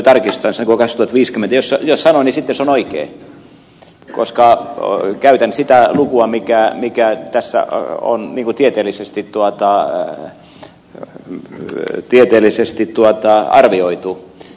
jos sanoin niin sitten se on oikein koska käytän sitä lukua mikä tässä on tieteellisesti arvioitu